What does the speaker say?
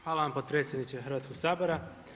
Hvala vam potpredsjedniče Hrvatskog sabora.